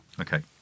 Okay